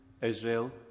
Israel